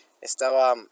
estaba